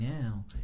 now